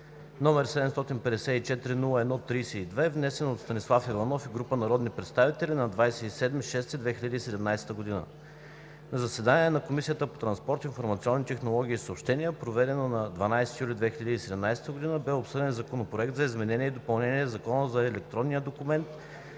№ 754-01-32, внесен от Станислав Иванов и група народни представители на 27 юни 2017 г. На заседание на Комисията по транспорт, информационни технологии и съобщения, проведено на 12 юли 2017 г., бе обсъден Законопроект за изменение и допълнение на Закона за електронния документ